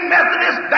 Methodist